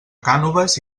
cànoves